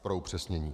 Pro upřesnění.